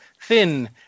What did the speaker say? thin